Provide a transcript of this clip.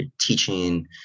teaching